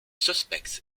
suspects